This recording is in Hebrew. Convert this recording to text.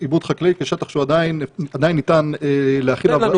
עיבוד חקלאי כשטח שעדיין ניתן להחיל עליו ריבונות.